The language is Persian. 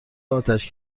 آتش